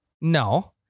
No